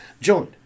joined